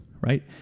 Right